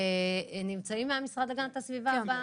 נמצאים מהמשרד להגנת הסביבה?